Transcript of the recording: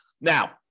Now